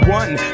one